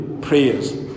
prayers